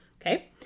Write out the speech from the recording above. Okay